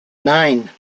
nine